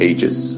Ages